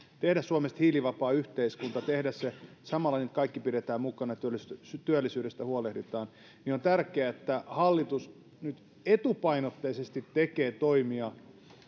tehdä suomesta hiilivapaa yhteiskunta ja tehdä se samalla niin että kaikki pidetään mukana ja työllisyydestä huolehditaan on tärkeää että hallitus nyt etupainotteisesti tekee toimia